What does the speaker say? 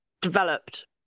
developed